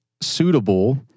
suitable